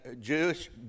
Jewish